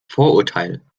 vorurteil